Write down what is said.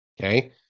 okay